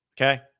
Okay